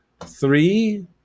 three